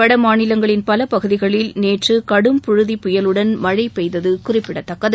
வட மாநிலங்களின் பல பகுதிகளில் நேற்று கடும் புழுதி புயலுடன் மழை பெய்தது குறிப்பிடத்தக்கது